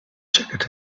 jacket